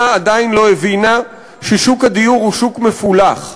עדיין לא הבינה ששוק הדיור הוא שוק מפולח,